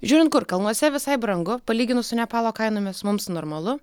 žiūrint kur kalnuose visai brangu palyginus su nepalo kainomis mums normalu